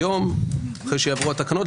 היום אחרי שיעברו התקנות,